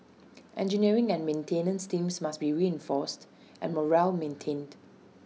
engineering and maintenance teams must be reinforced and morale maintained